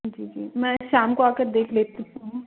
जी जी मैं शाम को आ कर देख लेती हूँ